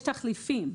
יש תחליפים.